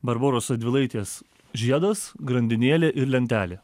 barboros radvilaitės žiedas grandinėlė ir lentelė